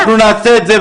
אנחנו נעשה את זה.